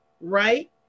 right